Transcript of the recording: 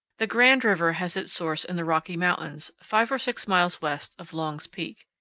the grand river has its source in the rocky mountains, five or six miles west of long's peak.